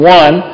one